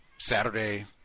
Saturday